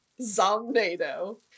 zomnado